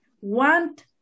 Want